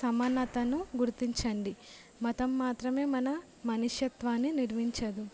సమానతను గుర్తించండి మతం మాత్రమే మన మనుష్యత్వాన్ని నిర్మించదు